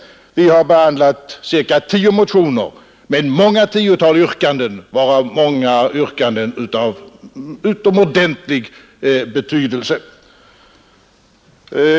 Vi har behandlat cirka 10 motioner, med flera tiotal yrkanden, varav många är yrkanden av utomordentlig betydelse.